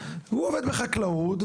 הוא עובד בחקלאות,